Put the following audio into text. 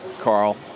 Carl